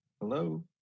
Hello